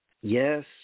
Yes